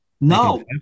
no